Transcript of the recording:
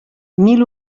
mil